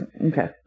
Okay